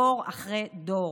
דור אחרי דור.